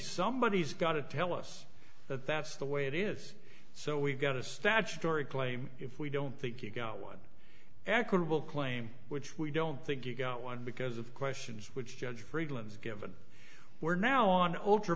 somebody has got to tell us that that's the way it is so we've got a statutory claim if we don't think you've got one equitable claim which we don't think you got one because of questions which judge friedland's given we're now on alt